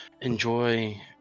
enjoy